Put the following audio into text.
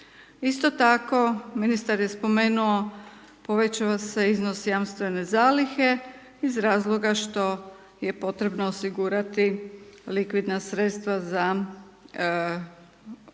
Isto tako ministar je spomenuo, povećava se iznos jamstvene zalihe, iz razloga što je potrebno osigurati likvidna sredstva za aktiviranje